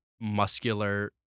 muscular